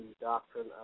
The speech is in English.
doctrine